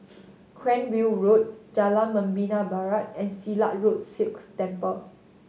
Cranwell Road Jalan Membina Barat and Silat Road Sikh Temple